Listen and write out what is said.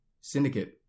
Syndicate